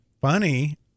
funny